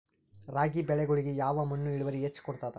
ರಾಗಿ ಬೆಳಿಗೊಳಿಗಿ ಯಾವ ಮಣ್ಣು ಇಳುವರಿ ಹೆಚ್ ಕೊಡ್ತದ?